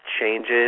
changes